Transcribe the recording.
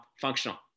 functional